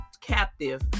captive